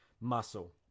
muscle